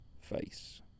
face